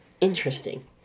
Interesting